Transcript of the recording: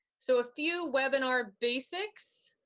so, a few webinar basics.